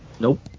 Nope